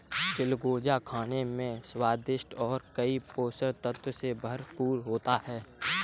चिलगोजा खाने में स्वादिष्ट और कई पोषक तत्व से भरपूर होता है